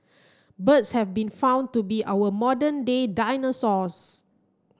birds have been found to be our modern day dinosaurs